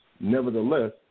Nevertheless